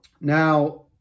Now